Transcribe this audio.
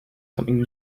something